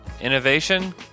innovation